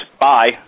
Bye